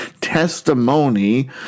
testimony